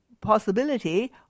possibility